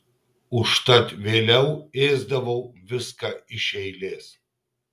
užtat vėliau ėsdavau viską iš eilės